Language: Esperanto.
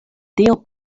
dio